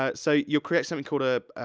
ah so, you'll create something called a.